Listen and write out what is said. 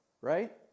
right